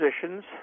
positions